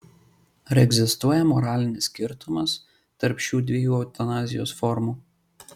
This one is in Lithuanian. ar egzistuoja moralinis skirtumas tarp šių dviejų eutanazijos formų